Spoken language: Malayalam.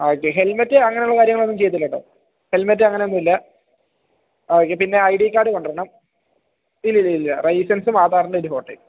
ആ ഓക്കെ ഹെൽമെറ്റ് അങ്ങനെ ഉള്ള കാര്യങ്ങളൊന്നും ചെയ്യത്തില്ല കേട്ടോ ഹെൽമെറ്റ് അങ്ങനൊന്നും ഇല്ല ആ ഓക്കെ പിന്നെ ഐ ഡി കാർഡ് കൊണ്ടുവരണം ഇല്ലില്ലില്ല ഇല്ല ലൈസെൻസും ആധാറിൻ്റെ ഒരു ഫോട്ടോയും